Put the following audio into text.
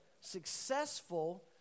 successful